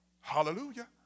Hallelujah